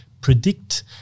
predict